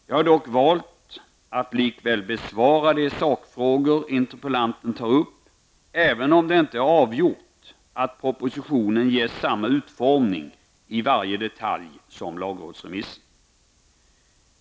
Jag har dock valt att likväl besvara de sakfrågor interpellanten tar upp, även om det inte är avgjort att propositionen i varje detalj ges samma utformning som lagrådsremissen.